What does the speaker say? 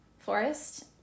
forest